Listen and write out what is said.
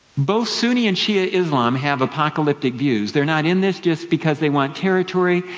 both sunni and shi'a islam have apocalyptic views. they're not in this just because they want territory.